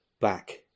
back